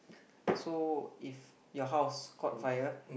so if your house caught fire